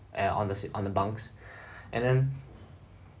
and on the si~ on the bunks and then